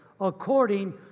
according